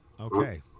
okay